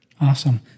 Awesome